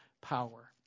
power